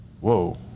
whoa